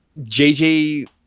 JJ